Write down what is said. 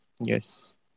Yes